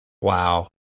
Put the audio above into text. Wow